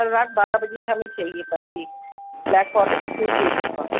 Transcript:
کل رات بارہ بجے ہمیں چاہیے تھا cake black forest two K G کا